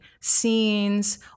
scenes